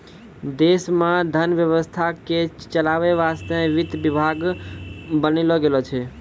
देश मे धन व्यवस्था के चलावै वासतै वित्त विभाग बनैलो गेलो छै